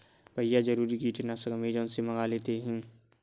भैया जरूरी कीटनाशक अमेजॉन से मंगा लेते हैं